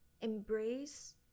embrace